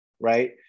right